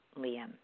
Liam